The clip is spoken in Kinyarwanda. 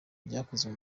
ryakozwe